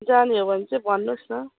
जाने हो भने चाहिँ भन्नु होस् न